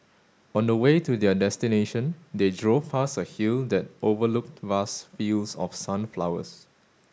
on the way to their destination they drove past a hill that overlooked vast fields of sunflowers